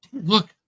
Look